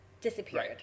disappeared